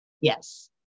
Yes